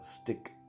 Stick